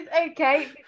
okay